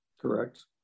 Correct